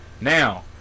Now